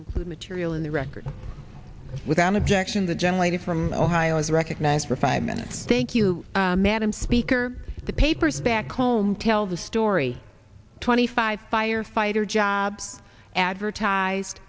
and the material in the record without objection the generated from ohio is recognized for five minutes thank you madam speaker the papers back home tells the story twenty five firefighter job advertised